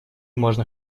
можно